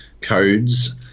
codes